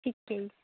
ਠੀਕ ਹੈ ਜੀ